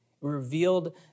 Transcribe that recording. revealed